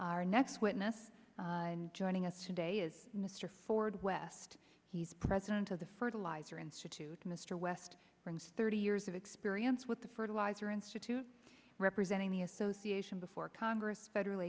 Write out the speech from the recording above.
our next witness joining us today is mr ford west he's president of the fertilizer institute mr west wing's thirty years of experience with the fertilizer institute representing the association before congress federal